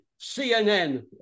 CNN